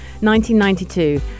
1992